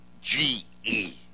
GE